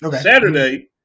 Saturday